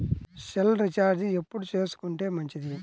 Cell recharge ఎప్పుడు చేసుకొంటే మంచిది?